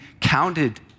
counted